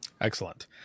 Excellent